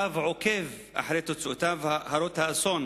הרב עוקב אחרי תוצאותיו הרות האסון